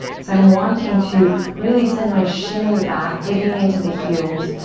so i'm wanting to really send my shins back digging into the heels,